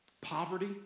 Poverty